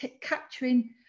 capturing